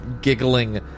giggling